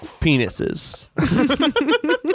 penises